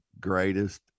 greatest